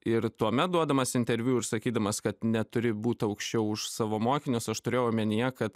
ir tuomet duodamas interviu ir sakydamas kad neturi būt aukščiau už savo mokinius aš turėjau omenyje kad